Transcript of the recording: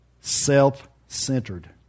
self-centered